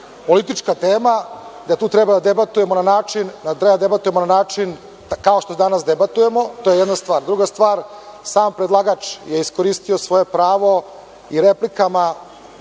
politička tema, da tu treba da debatujemo na način kao što danas debatujemo, to je jedna stvar. Druga stvar, sam predlagač je iskoristio svoje pravo i replikama